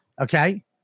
Okay